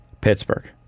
Pittsburgh